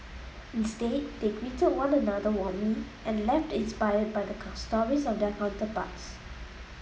instead they greeted one another warmly and left inspired by the stories of their counterparts